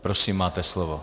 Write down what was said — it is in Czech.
Prosím, máte slovo.